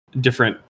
different